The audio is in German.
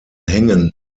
hängen